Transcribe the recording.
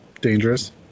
dangerous